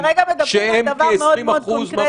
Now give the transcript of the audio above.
כרגע מדברים על דבר מאוד מאוד קונקרטי.